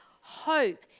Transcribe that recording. hope